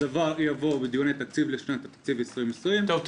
-- הדבר יבוא בדיוני תקציב לשנת התקציב 2020 --- טוב,